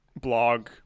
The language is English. blog